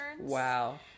Wow